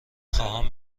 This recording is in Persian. خواهم